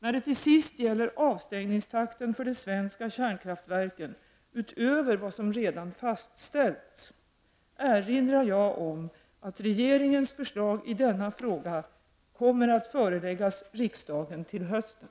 När det till sist gäller avstängningstakten för de svenska kärnkraftverken, utöver vad som redan fastställts, erinrar jag om att regeringens förslag i denna fråga kommer att föreläggas riksdagen til! hösten.